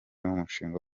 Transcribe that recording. umushinga